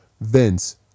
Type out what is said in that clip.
Vince